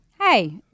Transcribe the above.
hey